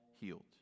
healed